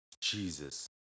Jesus